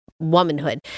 womanhood